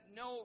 no